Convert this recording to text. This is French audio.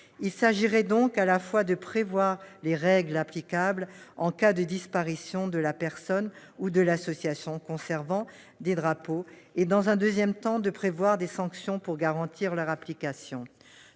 Il s'agit à la fois de prévoir les règles applicables en cas de disparition de la personne ou de l'association conservant des drapeaux et de prévoir des sanctions pour garantir leur application.